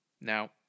Now